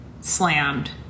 slammed